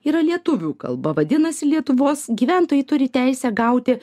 yra lietuvių kalba vadinasi lietuvos gyventojai turi teisę gauti